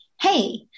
hey